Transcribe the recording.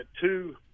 two